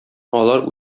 алар